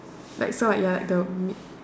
like so like you are like the mi